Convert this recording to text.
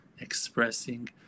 expressing